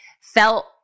felt